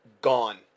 gone